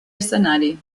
escenari